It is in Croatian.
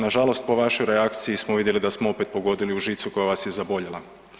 Nažalost po vašoj reakciji smo opet vidjeli da smo opet pogodili u žicu koja vas je zaboljela.